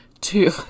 two